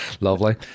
Lovely